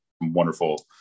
wonderful